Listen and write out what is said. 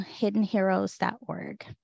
hiddenheroes.org